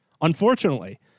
unfortunately